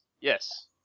yes